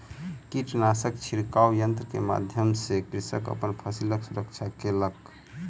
कीटनाशक छिड़काव यन्त्र के माध्यम सॅ कृषक अपन फसिलक सुरक्षा केलक